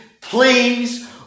please